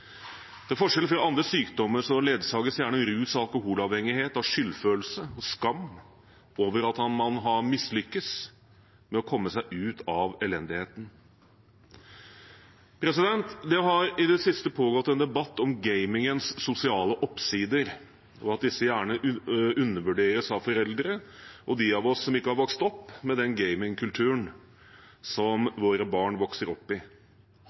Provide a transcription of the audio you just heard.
Til forskjell fra andre sykdommer ledsages gjerne rus- og alkoholavhengighet av skyldfølelse og skam over at man har mislyktes med å komme seg ut av elendigheten. Det har i det siste pågått en debatt om gamingens sosiale oppsider, og at disse gjerne undervurderes av foreldre og de av oss som ikke har vokst opp med den gamingkulturen som våre barn vokser opp